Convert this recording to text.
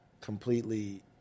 Completely